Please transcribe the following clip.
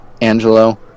Angelo